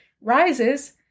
rises